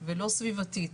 ולא סביבתית.